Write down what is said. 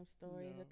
stories